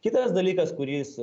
kitas dalykas kuris